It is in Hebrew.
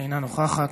אינה נוכחת.